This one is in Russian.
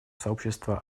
сообщество